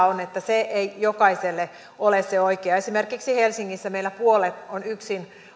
on että se ei jokaiselle ole se oikea esimerkiksi helsingissä meillä puolet on yksin